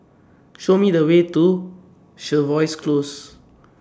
Show Me The Way to Jervois Close